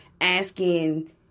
asking